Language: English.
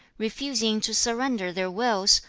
refusing to surrender their wills,